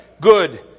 good